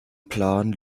plan